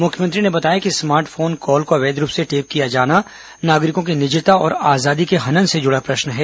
मुख्यमंत्री ने बताया कि स्मार्ट फोन कॉल को अवैध रूप से टेप किया जाना नागरिकों की निजता और आजादी के हनन से जुड़ा प्रश्न है